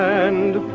and